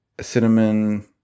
Cinnamon